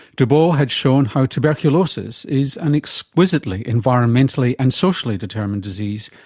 dubos had shown how tuberculosis is an exquisitely environmental and socially determined disease,